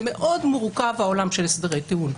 מאוד מורכב העולם של הסדרי טיעון.